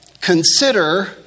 consider